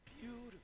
beautiful